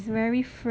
it's very fresh